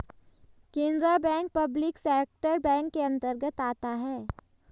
Canara bank public sector bank के अंतर्गत आता है